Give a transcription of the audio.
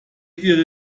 ihre